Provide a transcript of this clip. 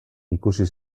ikusi